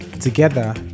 Together